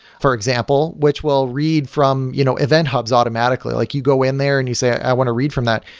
for example, which will read from you know event hubs automatically. like you go in there and you say, i want to read from that.